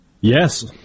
Yes